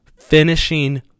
finishing